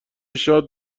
شاد